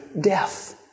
death